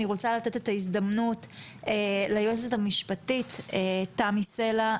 אני רוצה לתת את ההזדמנות ליועצת המשפטית תמי סלע,